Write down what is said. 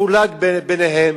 חולק ביניהם,